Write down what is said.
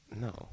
No